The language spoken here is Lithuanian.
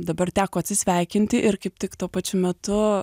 dabar teko atsisveikinti ir kaip tik tuo pačiu metu